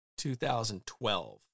2012